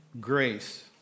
grace